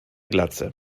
glatze